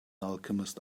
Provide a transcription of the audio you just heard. alchemist